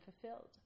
fulfilled